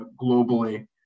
globally